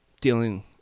Dealing